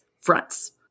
fronts